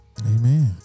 Amen